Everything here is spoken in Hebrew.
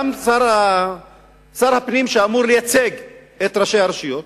גם שר הפנים, שאמור לייצג את ראשי הרשויות,